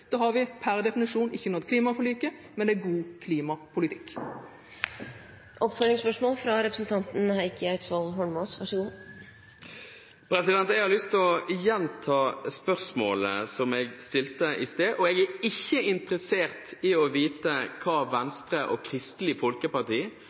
Da har vi per definisjon ikke nådd klimaforliket, men det er god klimapolitikk. Heikki Eidsvoll Holmås – til oppfølgingsspørsmål. Jeg har lyst til å gjenta spørsmålet som jeg stilte i sted. Jeg er ikke interessert i å vite hva Venstre og Kristelig Folkeparti